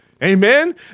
Amen